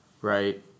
Right